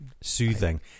Soothing